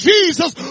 Jesus